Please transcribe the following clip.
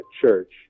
church